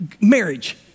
marriage